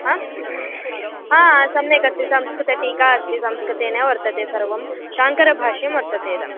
हा हा सम्यक् अस्ति संस्कृतटीका अस्ति संस्कृतेनैव वर्तते सर्वं शाङ्करभाष्यं वर्तते इदं